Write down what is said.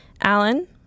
Alan